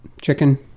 chicken